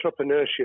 entrepreneurship